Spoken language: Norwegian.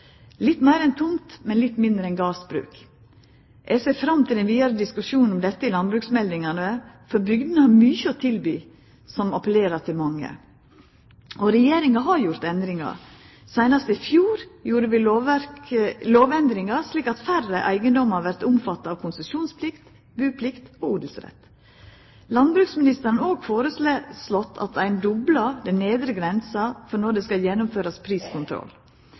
litt meir enn ei tomt, men mindre enn eit gardsbruk. Eg ser fram til den vidare diskusjonen om dette i landbruksmeldingane, for bygdene har mykje å tilby som appellerer til mange. Regjeringa har gjort endringar. Seinast i fjor gjorde vi lovendringar slik at færre eigedommar vert omfatta av konsesjonsplikt, buplikt og odelsrett. Landbruksministeren har foreslått at ein doblar den nedre grensa for når ein skal gjennomføra priskontroll. For mindre eigedommar der bustadfunksjonen betyr meir enn næringsaspektet, vil det